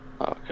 Okay